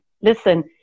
Listen